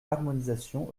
harmonisation